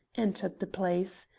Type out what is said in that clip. entered the place.